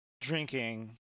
drinking